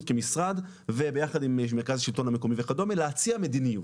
כמשרד וביחד עם מרכז השלטון המקומי וכדומה להציע מדיניות.